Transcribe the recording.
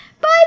Bye